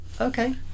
Okay